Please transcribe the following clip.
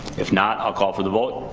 if not i'll call for the vote.